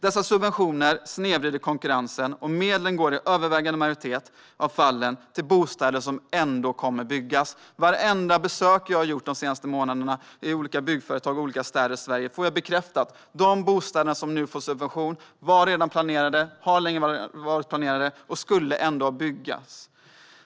Dessa subventioner snedvrider konkurrensen, och medlen går i övervägande majoritet av fallen till bostäder som ändå kommer att byggas. Vid vartenda besök jag har gjort på olika byggföretag och i olika städer de senaste månaderna har jag fått bekräftat att de bostäder som nu får subventioner redan var planerade. De har varit planerade sedan länge och skulle ändå byggas.